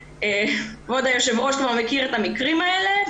כבוד היושב-ראש כבר מכיר את המקרים האלה.